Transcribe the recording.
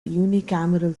unicameral